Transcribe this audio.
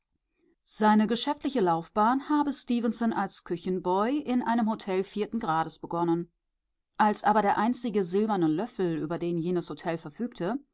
seine geschäftliche laufbahn habe stefenson als küchenboy in einem hotel vierten grades begonnen als aber der einzige silberne löffel über den jenes hotel verfügte